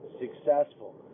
successful